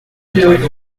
deux